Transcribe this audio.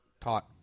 taught